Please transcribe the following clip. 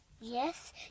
Yes